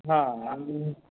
हा हां